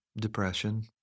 depression